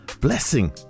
Blessing